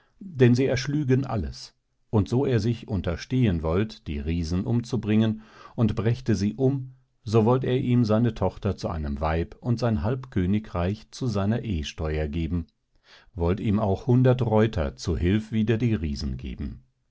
denn sie erschlügen alles und so er sich unterstehn wollt die riesen umzubringen und brächte sie um so wollt er ihm seine tochter zu einem weib und sein halb königreich zu einer ehsteuer geben wollt ihm auch hundert reuter zu hilf wider die riesen geben